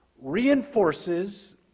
reinforces